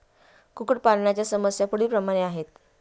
कुक्कुटपालनाच्या समस्या पुढीलप्रमाणे आहेत